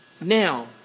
now